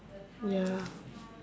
ya